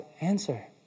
answer